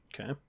Okay